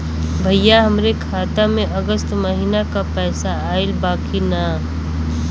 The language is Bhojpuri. भईया हमरे खाता में अगस्त महीना क पैसा आईल बा की ना?